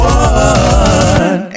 one